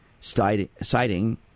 citing